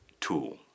tool